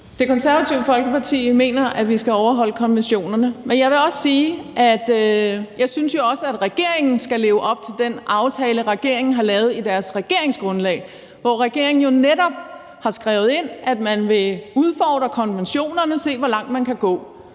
Det Konservative Folkeparti mener, at vi skal overholde konventionerne. Men jeg vil også sige, at jeg jo også synes, regeringen skal leve op til den aftale, regeringen har lavet i deres regeringsgrundlag, hvor regeringen jo netop har skrevet ind, at man vil udfordre konventionerne og se, hvor langt man kan gå.